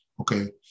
Okay